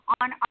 On